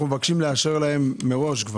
אנחנו מבקשים לאשר להם מראש.